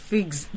Figs